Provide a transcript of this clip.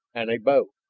and a bow.